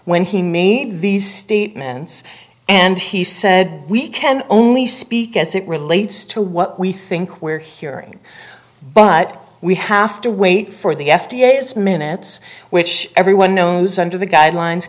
when he made these statements and he said we can only speak as it relates to what we think we're hearing but we have to wait for the f d a is minutes which everyone knows under the guidelines